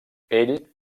ell